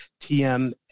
TM